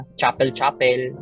chapel-chapel